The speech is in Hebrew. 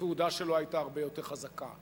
התהודה שלו היתה הרבה יותר חזקה.